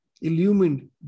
illumined